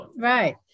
Right